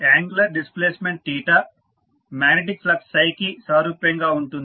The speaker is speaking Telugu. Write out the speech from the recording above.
యాంగులర్ డిస్ప్లేస్మెంట్ మ్యాగ్నెటిక్ ఫ్లక్స్ కి సారూప్యంగా ఉంటుంది